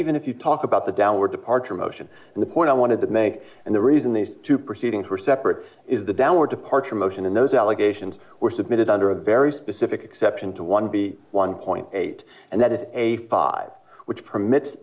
even if you talk about the downward departure motion and the point i wanted to make and the reason these two proceedings were separate is the downward departure motion and those allegations were submitted under a very specific exception to one b one point eight and that is a five which permits